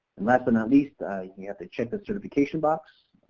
and last but not least you have to check this certification box.